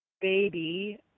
baby